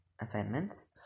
assignments